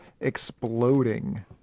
exploding